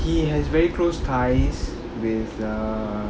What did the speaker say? he has very close ties with err